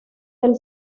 del